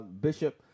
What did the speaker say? bishop